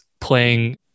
playing